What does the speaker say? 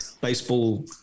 Baseball